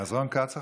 רון כץ עכשיו?